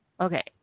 Okay